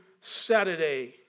Saturday